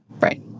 Right